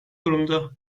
durumda